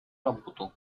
работу